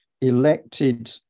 elected